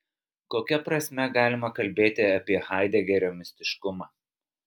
kokia prasme galima kalbėti apie haidegerio mistiškumą